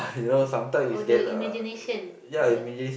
oh the imagination the